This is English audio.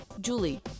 julie